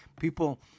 People